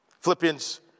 Philippians